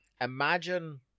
Imagine